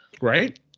Right